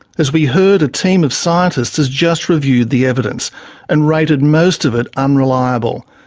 as we heard, a team of scientists has just reviewed the evidence and rated most of it unreliable.